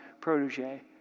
protege